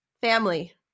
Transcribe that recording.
Family